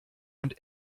und